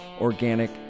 organic